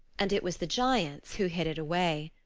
and it was the giants who hid it away.